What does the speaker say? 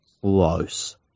close